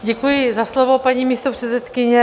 Děkuji za slovo, paní místopředsedkyně.